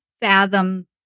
fathom